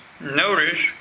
notice